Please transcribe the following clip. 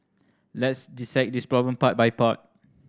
let's dissect this problem part by part